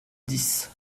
dix